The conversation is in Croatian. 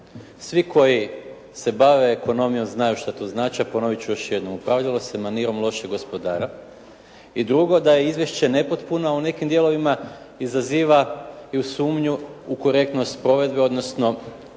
oni koji se bave ekonomijom znaju što to znači, a ponovit ću još jednom. Upravljalo se manirom lošeg gospodara. I drugo, da je izvješće nepotpuno. U nekim dijelovima izaziva i u sumnju u korektnost provedbe, odnosno